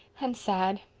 and sad,